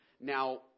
Now